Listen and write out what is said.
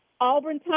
Auburn